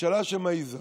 ממשלה שמעיזה.